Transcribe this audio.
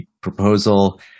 proposal